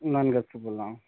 नयनगढ़ से बोल रहा हूँ